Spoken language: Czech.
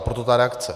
Proto ta reakce.